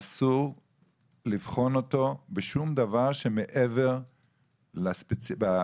אסור לבחון אותו בשום דבר שמעבר להתמחות